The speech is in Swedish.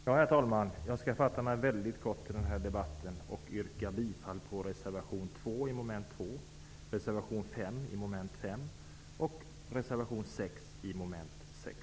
Herr talman! Jag skall fatta mig mycket kort i den här debatten. Jag yrkar bifall till reservation 2 vad avser mom. 2, reservation 5 vad avser mom. 5 och reservation 6 vad avser mom. 6.